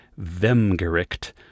Wemgericht